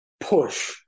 push